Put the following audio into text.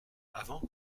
avant